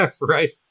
Right